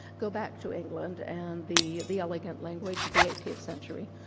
go back to england, and the the elegant language of the eighteenth century,